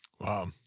Wow